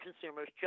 consumers